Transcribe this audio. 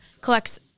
collects